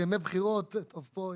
ימי בחירות, כאן יש